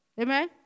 Amen